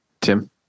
Tim